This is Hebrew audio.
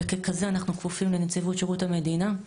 וככזה אנחנו כפופים לנציבות שירות המדינה.